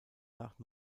nach